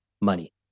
money